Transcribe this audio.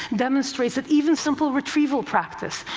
demonstrates that even simple retrieval practice,